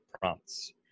prompts